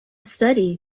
study